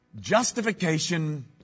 justification